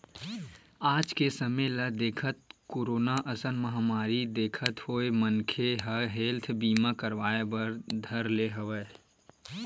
आज के समे ल देखत, कोरोना असन महामारी देखत होय मनखे मन ह हेल्थ बीमा करवाय बर धर ले हवय